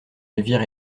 elvire